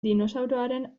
dinosauroaren